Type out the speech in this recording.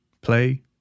play